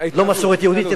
לא מסורת יהודית,